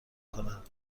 کند